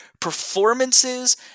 performances